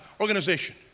Organization